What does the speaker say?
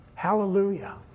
Hallelujah